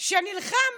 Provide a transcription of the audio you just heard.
שנלחם